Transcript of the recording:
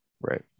Right